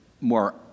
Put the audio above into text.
more